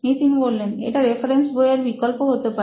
নিতিন এটা রেফারেন্স বইয়ের বিকল্প হতে পারে